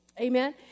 Amen